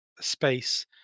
space